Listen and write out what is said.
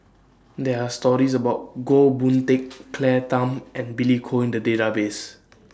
There Are stories about Goh Boon Teck Claire Tham and Billy Koh The Database